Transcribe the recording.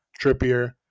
trippier